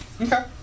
Okay